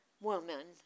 woman